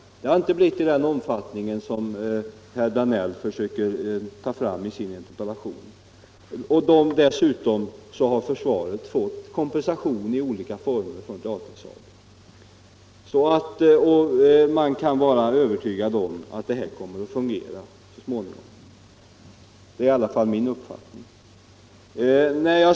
Men det har inte förekommit i den omfattning som herr Danell försöker påvisa i sin interpellation. Dessutom har försvaret fått kompensation i olika former från Datasaab. Man kan också vara övertygad om att det hela kommer att fungera så småningom =— det är i alla fall min uppfattning.